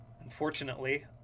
Unfortunately